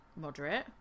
moderate